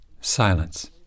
silence